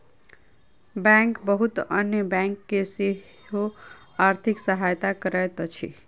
bank बहुत अन्य bank के सेहो आर्थिक सहायता करैत अछि